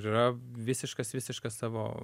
ir yra visiškas visiškas savo